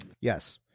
Yes